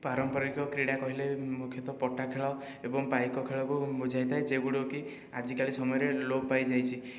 ପାରମ୍ପରିକ କ୍ରୀଡ଼ା କହିଲେ ମୁଖ୍ୟତଃ ପଟା ଖେଳ ଏବଂ ପାଇକ ଖେଳକୁ ବୁଝାଇଥାଏ ଯେଉଁଗୁଡ଼ିକ କି ଆଜିକାଲି ସମୟରେ ଲୋପ ପାଇଯାଇଛି